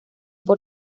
por